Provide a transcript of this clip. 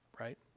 right